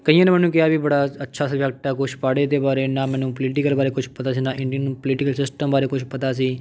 ਕਈਆਂ ਨੇ ਮੈਨੂੰ ਕਿਹਾ ਵੀ ਬੜਾ ਅੱਛਾ ਸਬਜੈਕਟ ਹੈ ਕੁਛ ਪੜ੍ਹ ਇਹਦੇ ਬਾਰੇ ਨਾ ਮੈਨੂੰ ਪੋਲੀਟੀਕਲ ਬਾਰੇ ਕੁਛ ਪਤਾ ਸੀ ਨਾ ਇੰਡੀਅਨ ਪੋਲੀਟੀਕਲ ਸਿਸਟਮ ਬਾਰੇ ਕੁਛ ਪਤਾ ਸੀ